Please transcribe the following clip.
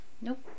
nope